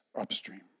upstream